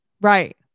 Right